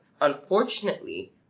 unfortunately